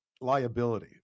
liability